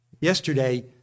yesterday